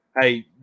hey